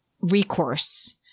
recourse